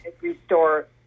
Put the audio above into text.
restore